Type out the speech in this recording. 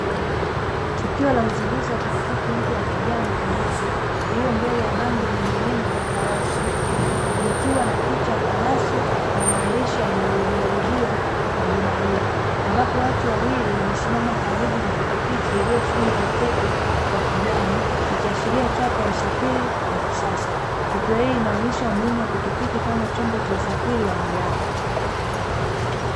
Tukio la uzinduzi wa pikipiki mpya ya kijani kibichi iliyo mbele ya bango la farasi likiwa na picha ya farasi na maandashi yanayo rudiwa rudiwa ya jina hilo, ambapo watu wawili wamesimama karibu na pikipiki iliyofungwa utepe wa kijani, ikiashiria chapa ya usafiri wa kisasa tukio hili linaonyesha umuhimu wa pikipiki kama chombo cha usafiri wa haraka.